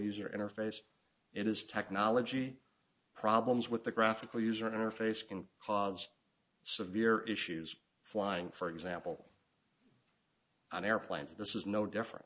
user interface it is technology problems with the graphical user interface can cause severe issues flying for example on airplanes this is no different